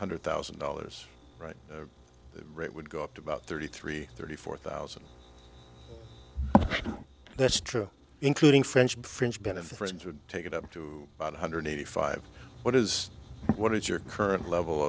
hundred thousand dollars right rate would go up to about thirty three thirty four thousand that's true including french fringe benefits would take it up to about one hundred eighty five what is what is your current level